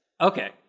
Okay